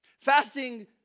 Fasting